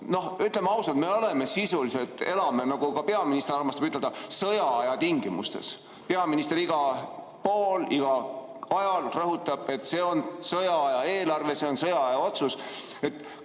ju, ütleme ausalt, me oleme sisuliselt ja elame, nagu ka peaminister armastab ütelda, sõjaaja tingimustes. Peaminister igal pool igal ajal rõhutab, et see on sõjaaja eelarve, see on sõjaaja otsus.